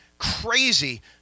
crazy